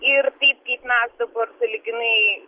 ir taip kaip mes dabar sąlyginai